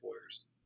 employers